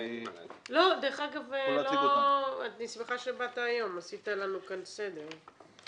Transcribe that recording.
אני שמחה שבאת היום, עשית לנו כאן סדר.